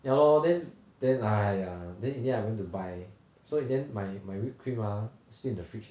ya lor then then !aiya! then in the end I went to buy so in the end my my whipped cream ah still in the fridge